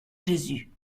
jésus